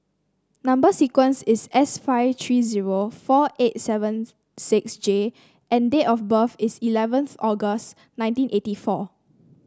number sequence is S five three zero four eight seven six J and date of birth is eleventh August nineteen eighty four